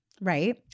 Right